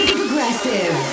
progressive